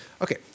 Okay